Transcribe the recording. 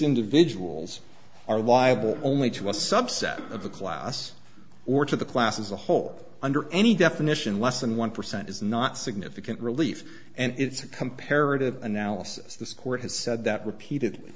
individuals are liable only to a subset of the class or to the class as a whole under any definition less than one percent is not significant relief and it's a comparative analysis this court has said that repeated